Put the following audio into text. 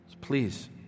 Please